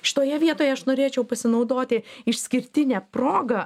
šitoje vietoje aš norėčiau pasinaudoti išskirtine proga